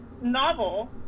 novel